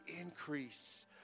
increase